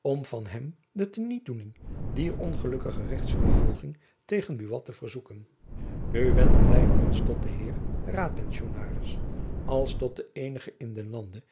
om van hem de te niet doening dier ongelukkige rechtsvervolging tegen buat te verzoeken nu wenden wy ons tot den heer raadpensionaris als tot den eenige in den lande